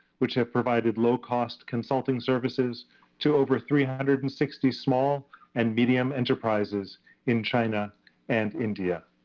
which have provided low cost consulting services to over three hundred and sixty small and medium enterprises in china and india.